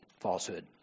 falsehood